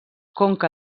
conca